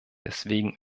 deswegen